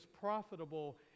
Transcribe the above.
profitable